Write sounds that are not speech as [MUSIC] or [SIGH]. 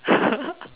[LAUGHS]